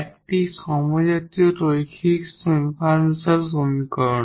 একটি homogeneous linear differential সমীকরণ